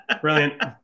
Brilliant